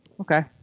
Okay